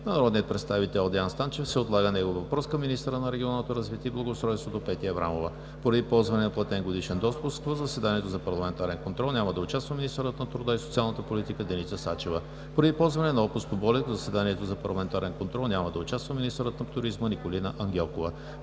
народния представител Деан Станчев се отлага негов въпрос към министъра на регионалното развитие и благоустройството Петя Аврамова. Поради ползване на платен годишен отпуск в заседанието за парламентарен контрол няма да участва министърът на труда и социалната политика Деница Сачева. Поради ползване на отпуск по болест в заседанието за парламентарен контрол няма да участва министърът на туризма Николина Ангелкова.